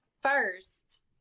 First